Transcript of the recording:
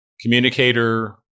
communicator